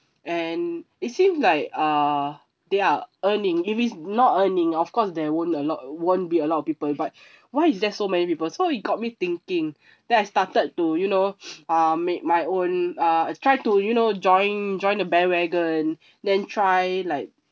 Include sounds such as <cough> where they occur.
and it seemed like uh they're earning if is not earning of course there weren't a lot won't be a lot of people but <breath> why is there's so many people so it got me thinking then I started to you know <noise> uh make my own uh I try to you know join join the bandwagon <breath> then try like